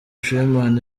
freeman